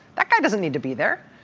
that guy doesn't need to be there.